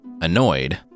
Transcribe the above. Annoyed